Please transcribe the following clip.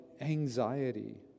anxiety